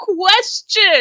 question